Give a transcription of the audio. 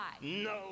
no